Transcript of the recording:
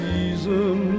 Season